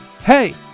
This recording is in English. Hey